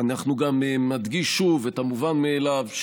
אני גם מדגיש שוב את המובן מאליו,